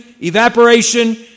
evaporation